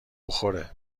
بخوره